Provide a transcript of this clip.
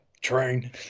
train